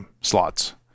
slots